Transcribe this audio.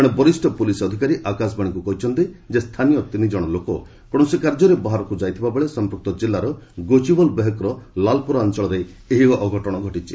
ଜଣେ ବରିଷ୍ଣ ପୁଲିସ୍ ଅଧିକାରୀ ଆକାଶବାଣୀକୁ କହିଛନ୍ତି ଯେ ସ୍ଥାନୀୟ ତିନି ଜଣ ଲୋକ କୌଣସି କାର୍ଯ୍ୟରେ ବାହାରକୁ ଯାଇଥିବାବେଳେ ସମ୍ପୃକ୍ତ କିଲ୍ଲାର ଗୋଚିବଲ ବେହକ ର ଲାଲ୍ପୋରା ଅଞ୍ଚଳରେ ଏହି ଅଘଟଣ ଘଟିଛି